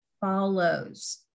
follows